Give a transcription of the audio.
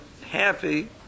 happy